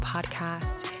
Podcast